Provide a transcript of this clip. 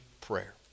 prayer